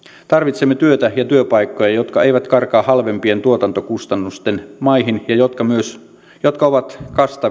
tarvitsemme työtä ja työpaikkoja jotka eivät karkaa halvempien tuotantokustannusten maihin ja jotka ovat